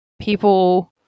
people